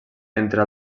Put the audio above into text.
entre